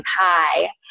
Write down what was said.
hi